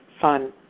fun